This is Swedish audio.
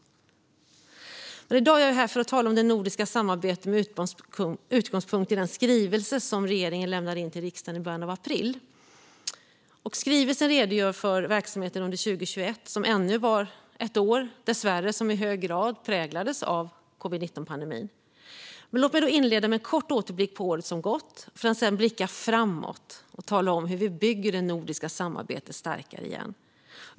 I dag är jag dock här för att tala om det nordiska samarbetet med utgångspunkt i den skrivelse som regeringen lämnade in till riksdagen i början av april. I skrivelsen redogörs för verksamheten under 2021, som dessvärre var ännu ett år som i hög grad präglades av covid-19-pandemin. Låt mig inleda med en kort återblick på året som gått för att sedan blicka framåt och tala om hur vi bygger det nordiska samarbetet starkare igen.